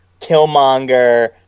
Killmonger